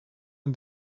and